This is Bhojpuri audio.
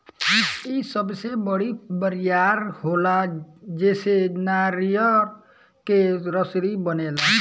इ सबसे बड़ी बरियार होला जेसे नारियर के रसरी बनेला